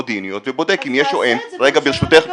המודיעיניות ובודק אם יש או אין -- אז תעשה את זה ברישיון הקבוע.